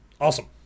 Awesome